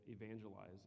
evangelize